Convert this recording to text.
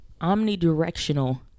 omnidirectional